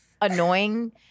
annoying